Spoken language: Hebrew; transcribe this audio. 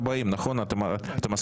סעיף 106 הקראנו, את 107 אני מקריא.